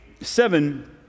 seven